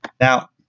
Now